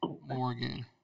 Morgan